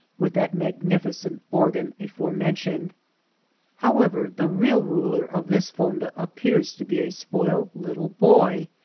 with that magnificent organ aforemen tioned. however, the real ruler of this fon da appears to be a spoiled little boy,